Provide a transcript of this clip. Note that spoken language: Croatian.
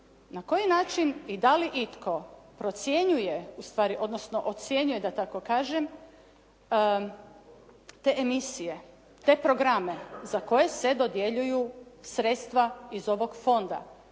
Na koji način i dali itko procjenjuje, odnosno ocjenjuje da tako kažem te emisije, te programe za koje se dodjeljuju sredstva iz ovog fonda.